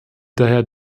daher